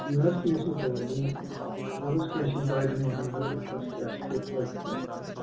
نہَ حظ کیٚنٛہہ چھُنہٕ پرواے دِمہوس نظر اَدٕ حظ کیٚنٛہہ چھُنہٕ پرواے دِمہوس نَظر وُچھہوس کیٛاہ چھُس کیُتھ پَکہِ کیتھ